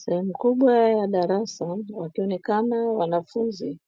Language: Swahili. Sehemu kubwa ya darasa wakionekana wanafunzi